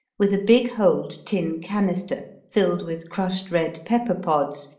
with a big-holed tin canister filled with crushed red-pepper pods,